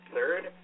Third